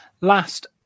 last